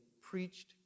preached